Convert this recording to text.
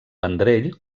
vendrell